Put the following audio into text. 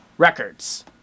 records